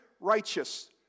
righteous